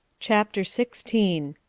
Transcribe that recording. chapter sixteen.